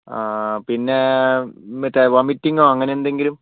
പിന്നേ മറ്റെ വോമിറ്റിംഗോ അങ്ങനെ എന്തെങ്കിലും